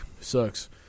sucks